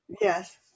Yes